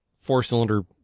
four-cylinder